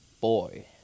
boy